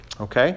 Okay